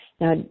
Now